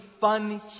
fun